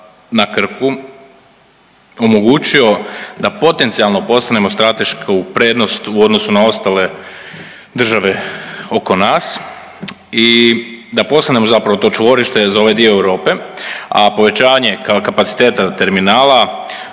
na Krku omogućio da potencijalno postanemo stratešku prednost u odnosu na ostale države oko nas i da postanemo zapravo to čvorište za ovaj dio Europe. A povećanje kapaciteta terminala